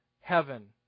heaven